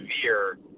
severe